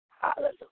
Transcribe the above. Hallelujah